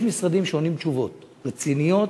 יש משרדים שעונים תשובות רציניות,